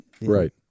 Right